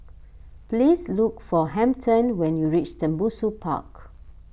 please look for Hampton when you reach Tembusu Park